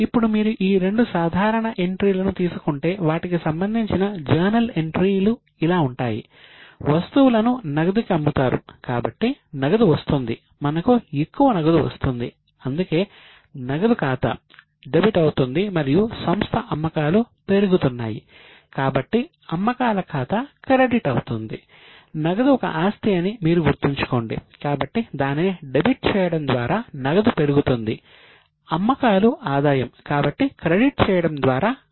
ఇప్పుడు మీరు ఈ రెండు సాధారణ ఎంట్రీలను తీసుకుంటే వాటికి సంబంధించిన జర్నల్ ఎంట్రీ చేయడం ద్వారా అమ్మకాలు పెరుగుతాయి